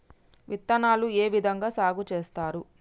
విత్తనాలు ఏ విధంగా సాగు చేస్తారు?